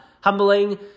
humbling